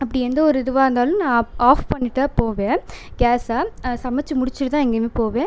அப்படி எந்த ஒரு இதுவாக இருந்தாலும் நான் அப் ஆஃப் பண்ணி தான் போவேன் கேஸை சமச்சு முடிச்சுட்டு தான் எங்கேயுமே போவேன்